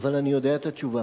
אבל אני יודע את התשובה.